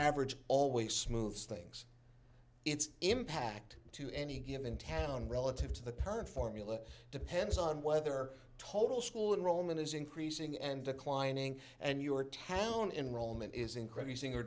average always smooths things its impact to any given town relative to the current formula depends on whether total school enrollment is increasing and declining and your town in roman is increasing